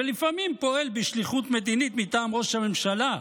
שלפעמים פועל בשליחות מדינית מטעם ראש הממשלה,